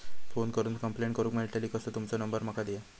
Phone करून complaint करूक मेलतली असो तुमचो नंबर माका दिया?